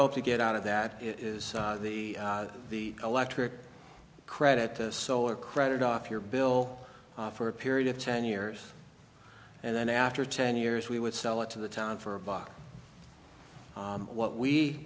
hope to get out of that is the the electric credit to solar credit off your bill for a period of ten years and then after ten years we would sell it to the town for a buck what we